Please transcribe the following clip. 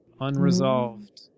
Unresolved